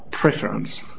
preference